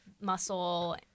muscle